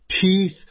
teeth